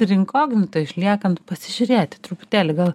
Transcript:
ir inkognito išliekant pasižiūrėti truputėlį gal